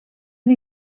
sie